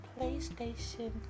PlayStation